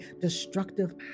destructive